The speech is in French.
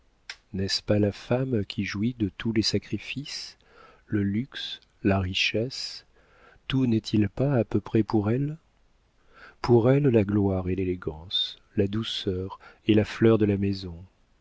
n'est-ce pas la femme qui jouit de tous les sacrifices le luxe la richesse tout n'est-il pas à peu près pour elle pour elle la gloire et l'élégance la douceur et la fleur de la maison